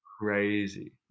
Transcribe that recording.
crazy